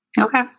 Okay